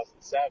2007